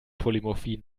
polymorphie